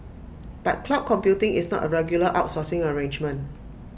but cloud computing is not A regular outsourcing arrangement